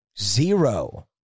zero